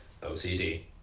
OCD